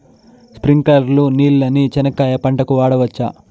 స్ప్రింక్లర్లు నీళ్ళని చెనక్కాయ పంట కు వాడవచ్చా?